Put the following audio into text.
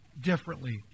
differently